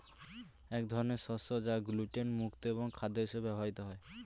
এক ধরনের শস্য যা গ্লুটেন মুক্ত এবং খাদ্য হিসেবে ব্যবহৃত হয়